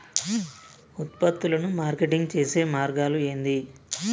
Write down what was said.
ఉత్పత్తులను మార్కెటింగ్ చేసే మార్గాలు ఏంది?